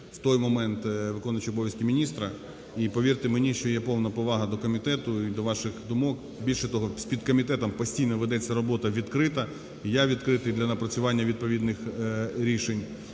в той момент виконуючого обов'язки міністра. І, повірте мені, що є повна повага до комітету і до ваших думок. Більше того, з підкомітетом постійно ведеться робота відкрита, і я відкритий для напрацювання відповідних рішень.